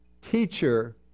teacher